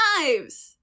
lives